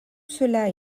cela